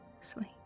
sleep